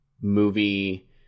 movie